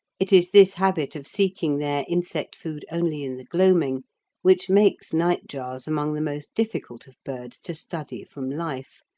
it is this habit of seeking their insect food only in the gloaming which makes nightjars among the most difficult of birds to study from life,